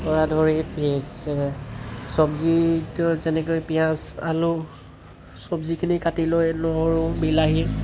ধৰি চব্জিটো যেনেকৈ পিঁয়াজ আলু চব্জিখিনি কাটি লৈ নহৰু বিলাহী